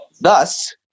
Thus